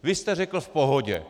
Vy jste řekl: V pohodě.